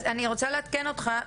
אז אני רוצה לעדכן אותך,